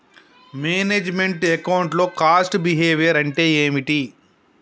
Manage meant account లో cost behaviour అంటే ఏమిటి?